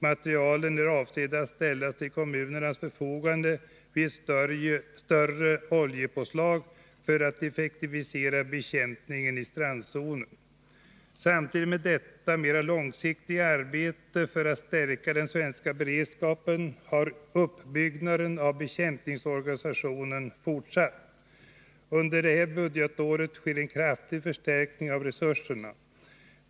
Materielen är avsedd att ställas till kommunernas förfogande vid ett större oljepåslag för att effektivisera bekämpningen i strandzonen. Samtidigt med detta mera långsiktiga arbete för att stärka den svenska beredskapen har uppbyggnaden av bekämpningsorganisationen fortsatt. Under detta budgetår sker en kraftig förstärkning av resurserna.